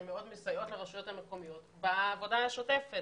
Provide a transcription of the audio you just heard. שמאוד מסייעות לרשויות המקומיות בעבודה השוטפת